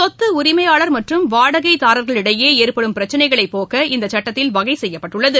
சொத்து உரிமையாளர் மற்றும் வாடகைதாரர்களிடையே ஏற்படும் பிரச்சினைகளை போக்குவதற்கு இந்த சுட்டத்தில் வகை செய்யப்பட்டுள்ளது